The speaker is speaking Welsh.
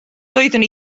doeddwn